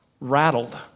rattled